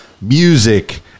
Music